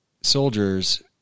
soldiers